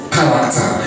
Character